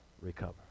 Recover